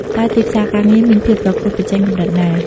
តើទីផ្សារការងារមានភាពប្រកួតប្រជែងកម្រិតណា?